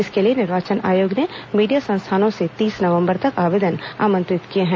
इसके लिए निर्वाचन आयोग ने मीडिया संस्थानों से तीस नवंबर तक आवेदन आमंत्रित किये हैं